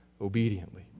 obediently